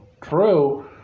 True